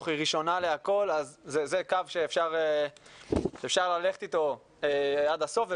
היא ראשונה לכל זה קו שאפשר ללכת איתו עד הסוף.